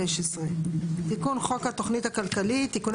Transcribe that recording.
בעמוד 15. תיקון חוק התוכנית הכלכלית (תיקוני